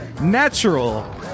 Natural